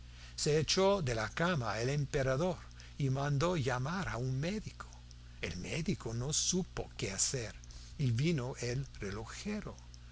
se echó de la cama el emperador y mandó llamar a un médico el médico no supo qué hacer y vino el relojero